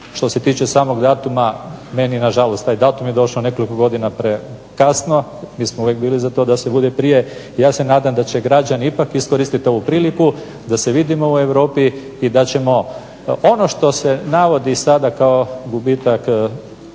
Što se tiče samog datuma meni na žalost taj datum je došao nekoliko godina prekasno. Mi smo uvijek bili za to da se bude prije. I ja se nadam da će građani ipak iskoristiti ovu priliku da se vidimo u Europi i da ćemo ono što se navodi sada kao gubitak